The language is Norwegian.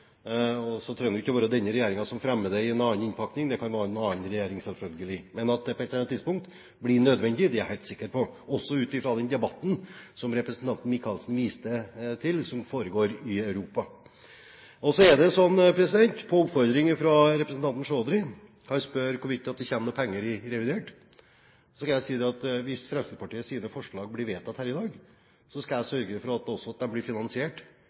Så trenger det ikke å være denne regjeringen som fremmer det i en annen innpakning. Det kan være en annen regjering, selvfølgelig. Men at det på et eller annet tidspunkt blir nødvendig, er jeg helt sikker på, også ut fra den debatten som representanten Åse Michaelsen viste til, som foregår i Europa. På oppfordring fra representanten Chaudhry, som spør hvorvidt det kommer noen penger i forbindelse med revidert, kan jeg si at hvis Fremskrittspartiets forslag blir vedtatt her i dag, skal jeg også sørge for at det blir finansiert, for vi har ikke kommet i mål med revidert ennå. Vi driver og forhandler, også